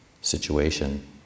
situation